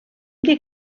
dir